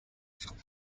from